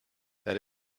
that